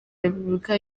repubulika